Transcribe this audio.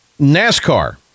NASCAR